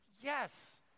Yes